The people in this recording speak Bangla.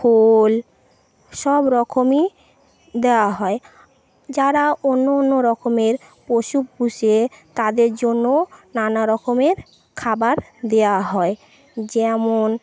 সবরকমই দেওয়া হয় যারা অন্য অন্য রকমের পশু পুষে তাদের জন্যও নানারকমের খাবার দেওয়া হয় যেমন